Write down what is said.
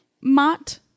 mott